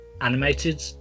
animated